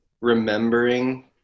remembering